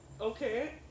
okay